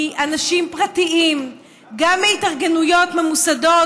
מאנשים פרטיים וגם מהתארגנויות ממוסדות,